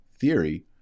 theory